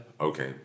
Okay